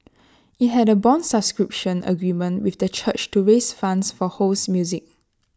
IT had A Bond subscription agreement with the church to raise funds for Ho's music